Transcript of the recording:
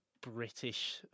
British